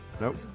nope